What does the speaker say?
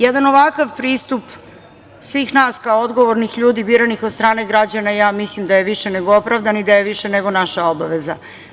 Jedan ovakav pristup svih nas, kao odgovornih ljudi, biranih od strane građana ja mislim da je više nego opravdan i da je više nego naša obaveza.